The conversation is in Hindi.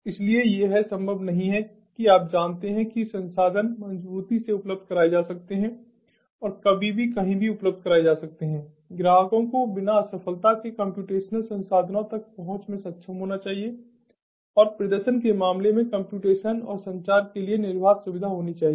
इसलिए यह संभव नहीं है कि आप जानते हैं कि संसाधन मज़बूती से उपलब्ध कराए जा सकते हैं और कभी भी कहीं भी उपलब्ध कराए जा सकते हैं ग्राहकों को बिना असफलता के कम्प्यूटेशनल संसाधनों तक पहुंचने में सक्षम होना चाहिए और प्रदर्शन के मामले में कम्प्यूटेशन और संचार के लिए निर्बाध सुविधा होनी चाहिए